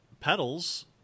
petals